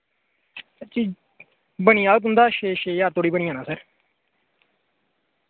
sir ji बनी जाग तुंदा छे छे ज्हार धोड़ी बनी जाना सर